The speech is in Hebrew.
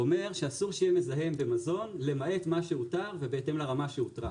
אומר שאסור שיהיה מזהם במזון למעט מה שהותר ובהתאם לרמה שהותרה.